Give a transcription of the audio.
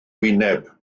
hwyneb